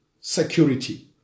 security